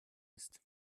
ist